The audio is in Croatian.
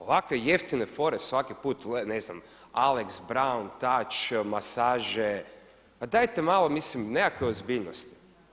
Ovakve jeftine fore svaki put ne znam Alex Brown, Tač, masaže pa dajte malo mislim nekakve ozbiljnosti.